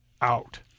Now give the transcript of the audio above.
out